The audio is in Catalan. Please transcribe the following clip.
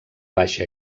baixa